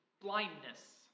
blindness